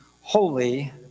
holy